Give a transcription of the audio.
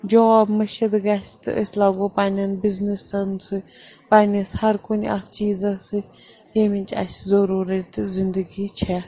job مٔشِد گژھِ تہٕ أسۍ لاگو پنٛنٮ۪ن بِزنِسَن سۭتۍ پنٛنِس ہر کُنہِ اَتھ چیٖزَس سۭتۍ ییٚمِچ اَسہِ ضٔروٗرَتہِ زِندگی چھےٚ